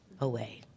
away